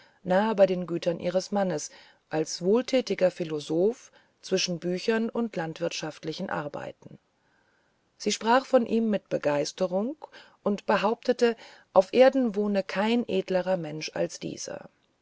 nahe bei den gütern ihres mannes als wohltätiger philosoph zwischen büchern und landwirtschaftlichen arbeiten sie sprach von ihm mit begeisterung und behauptete auf erden wohne kein edlerer mensch als dieser